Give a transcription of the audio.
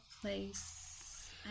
place